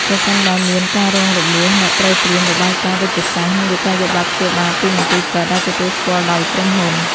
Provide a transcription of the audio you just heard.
ប្រសិនបើមានការរងរបួស អ្នកត្រូវត្រៀម របាយការណ៍វេជ្ជសាស្ត្រ និងវិក្កយបត្រព្យាបាលពីមន្ទីរពេទ្យដែលទទួលស្គាល់ដោយក្រុមហ៊ុន។